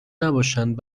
نباشند